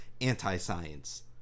anti-science